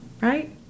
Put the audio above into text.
right